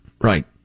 Right